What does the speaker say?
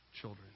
children